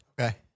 Okay